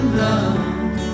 love